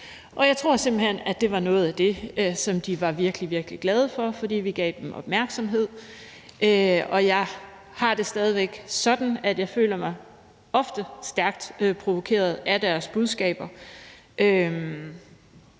hen, at det var noget af det, som de var virkelig, virkelig glade for, fordi vi gav dem opmærksomhed. Jeg har det stadig væk sådan, at jeg ofte føler mig stærkt provokeret af deres budskaber,